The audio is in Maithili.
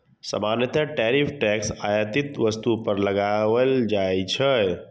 सामान्यतः टैरिफ टैक्स आयातित वस्तु पर लगाओल जाइ छै